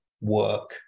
work